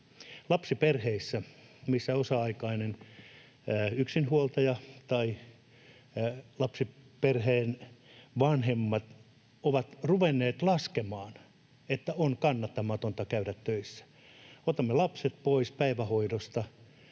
lapsiperheissä, missä on osa-aikainen yksinhuoltaja tai lapsiperheen vanhemmat, oltiin ruvettu laskemaan, että on kannattamatonta käydä töissä. Otamme lapset pois päivähoidosta